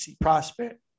prospect